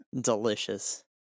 delicious